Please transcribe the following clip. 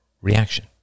reaction